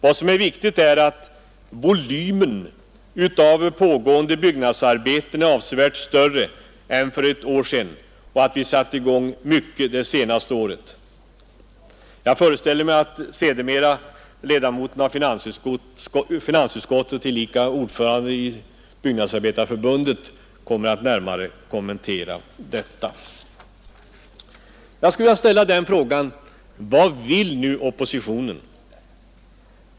Vad som är viktigt är att volymen av pågående byggnadsarbeten nu är avsevärt större än för ett år sedan och att vi har satt i gång många arbeten det senaste året. Jag föreställer mig att ledamoten av finansutskottet och tillika ordföranden i Byggnadsarbetareförbundet Knut Johansson efter mig kommer att kommentera detta. Jag vill ställa frågan: Vad vill nu oppositionen?